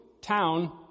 town